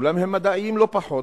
אולם הם מדעיים לא פחות,